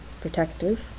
protective